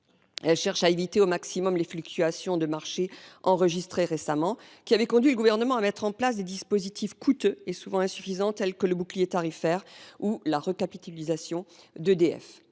Elle cherche à éviter au maximum les fluctuations de marché enregistrées récemment, qui avaient conduit le Gouvernement à mettre en place des dispositifs coûteux et souvent insuffisants, tels que le bouclier tarifaire ou la recapitalisation d’EDF.